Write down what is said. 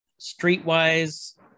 streetwise